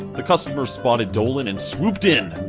the customer spotted dolan and swooped in,